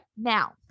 Now